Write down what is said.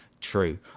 true